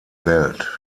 welt